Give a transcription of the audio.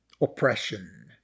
oppression